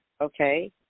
okay